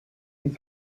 need